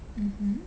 mmhmm